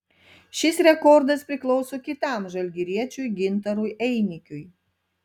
šis rekordas priklauso kitam žalgiriečiui gintarui einikiui